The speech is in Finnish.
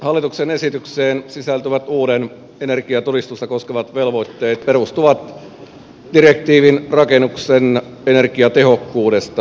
hallituksen esitykseen sisältyvät uudet energiatodistusta koskevat velvoitteet perustuvat direktiiviin rakennuksen energiatehokkuudesta